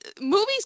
movies